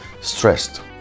stressed